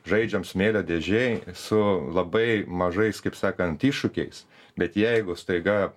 žaidžiam smėlio dėžėj su labai mažais kaip sakant iššūkiais bet jeigu staiga